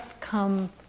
come